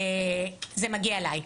זה מגיע אליי.